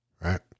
Right